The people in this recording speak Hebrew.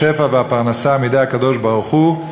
השפע והפרנסה מידי הקדוש-ברוך-הוא,